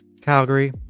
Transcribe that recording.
calgary